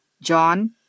John